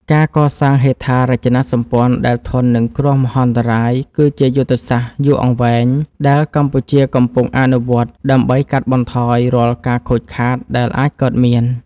ការកសាងហេដ្ឋារចនាសម្ព័ន្ធដែលធន់នឹងគ្រោះមហន្តរាយ គឺជាយុទ្ធសាស្ត្រយូរអង្វែងដែលកម្ពុជាកំពុងអនុវត្ត ដើម្បីកាត់បន្ថយរាល់ការខូចខាតដែលអាចកើតមាន។